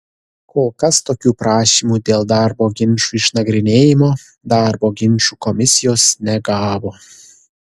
kol kas tokių prašymų dėl darbo ginčų išnagrinėjimo darbo ginčų komisijos negavo